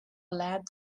lab